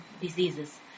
diseases